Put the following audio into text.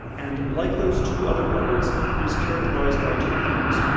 and like those two other bubbles is characterized by two things,